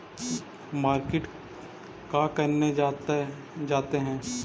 Market का करने जाते हैं?